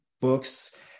books